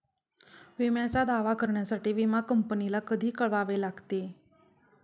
विम्याचा दावा करण्यासाठी विमा कंपनीला कधी कळवावे लागते?